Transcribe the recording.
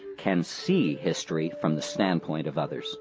can see history from the standpoint of others